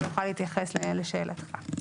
והוא יוכל להתייחס לשאלתך.